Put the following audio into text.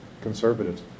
conservatives